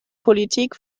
politik